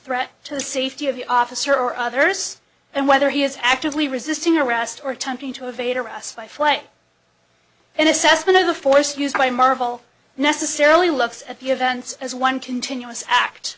spread to the safety of the officer or others and whether he is actively resisting arrest or attempting to evade arrest by flying an assessment of the force used by marvel necessarily looks at the events as one continuous act